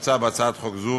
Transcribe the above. כמוצע בהצעת חוק זו,